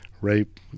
rape